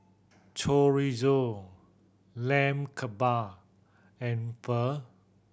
Chorizo Lamb Kebab and Pho